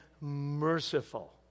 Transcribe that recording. merciful